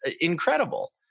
incredible